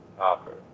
offer